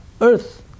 Earth